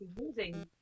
using